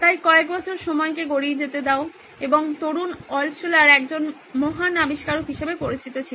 তাই কয়েক বছর সময়কে গড়িয়ে যেতে দিনএবং তরুণ আল্টশুলার একটি মহান আবিষ্কারক হিসাবে পরিচিত ছিল